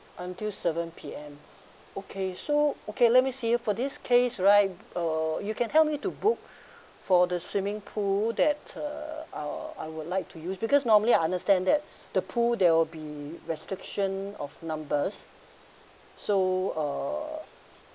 until seven P_M okay so okay let me see for this case right uh you can help me to book for the swimming pool that uh I would like to use because normally I understand that the pool there will be restriction of numbers so uh